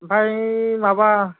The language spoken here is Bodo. ओमफाय माबा